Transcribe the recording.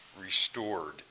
restored